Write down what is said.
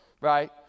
right